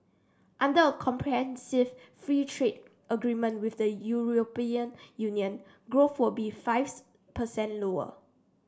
under a comprehensive free trade agreement with the Union growth would be fives percent lower